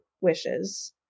wishes